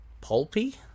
pulpy